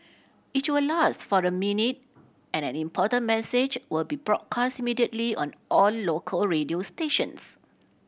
it's will last for a minute and an important message will be broadcast immediately on all local radio stations